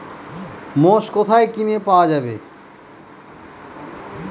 মোষ কোথায় কিনে পাওয়া যাবে?